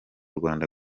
rwanda